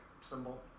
symbol